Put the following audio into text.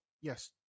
Yes